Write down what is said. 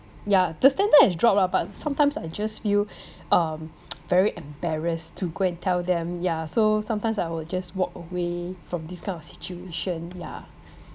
ya the standard has dropped lah but sometimes I just feel um very embarrassed to go and tell them ya so sometimes I will just walk away from this kind of situation yeah